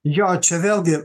jo čia vėlgi